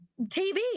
tv